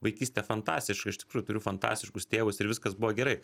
vaikyste fantastiška iš tikrųjų turiu fantastiškus tėvus ir viskas buvo gerai